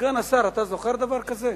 סגן השר, אתה זוכר דבר כזה?